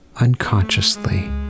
unconsciously